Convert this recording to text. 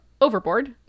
overboard